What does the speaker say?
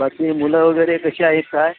बाकी मुलं वगैरे कशी आहेत काय